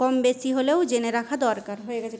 কম বেশি হলেও জেনে রাখা দরকার